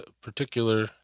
particular